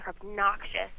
obnoxious